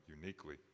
uniquely